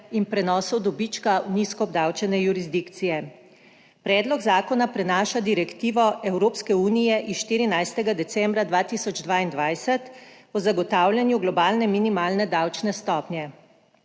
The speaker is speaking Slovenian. in prenosov dobička v nizko obdavčene jurisdikcije. Predlog zakona prenaša direktivo Evropske unije iz 14. decembra 2022 o zagotavljanju globalne minimalne davčne stopnje.